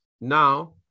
Now